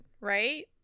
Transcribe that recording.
right